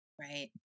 right